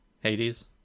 Hades